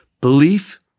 Belief